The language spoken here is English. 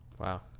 Wow